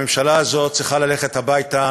הממשלה הזאת צריכה ללכת הביתה,